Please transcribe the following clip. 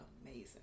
amazing